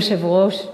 היושב-ראש,